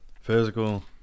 Physical